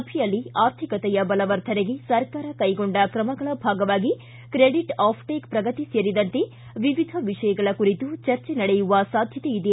ಸಭೆಯಲ್ಲಿ ಆರ್ಥಿಕತೆಯ ಬಲವರ್ಧನೆಗೆ ಸರ್ಕಾರ ಕೈಗೊಂಡ ಕ್ರಮಗಳ ಭಾಗವಾಗಿ ಕ್ರೆಡಿಟ್ ಆಫ್ ಟೇಕ್ ಪ್ರಗತಿ ಸೇರಿದಂತೆ ವಿವಿಧ ವಿಷಯಗಳ ಕುರಿತು ಚರ್ಚೆ ನಡೆಸುವ ಸಾಧ್ವತೆ ಇದೆ